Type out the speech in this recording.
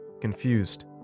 Confused